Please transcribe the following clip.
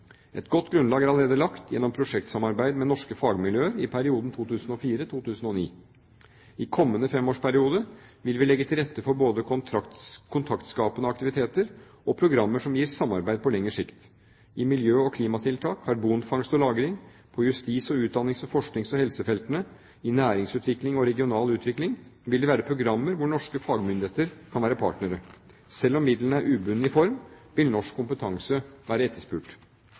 Et godt grunnlag er allerede lagt gjennom prosjektsamarbeid med norske fagmiljøer i perioden 2004–2009. I kommende femårsperiode vil vi legge til rette for både kontaktskapende aktiviteter og programmer som gir samarbeid på lengre sikt. I miljø- og klimatiltak, karbonfangst og -lagring, på justis-, utdannings-, forsknings- og helsefeltene, i næringsutvikling og regional utvikling vil det være programmer hvor norske fagmyndigheter kan være partnere. Selv om midlene er ubundne i form, vil norsk kompetanse være etterspurt.